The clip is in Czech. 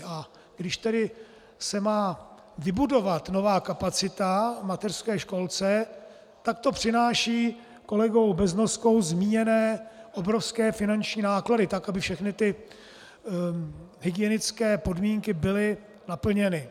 A když tedy se má vybudovat nová kapacita v mateřské školce, tak to přináší kolegou Beznoskou zmíněné obrovské finanční náklady, tak aby všechny hygienické podmínky byly naplněny.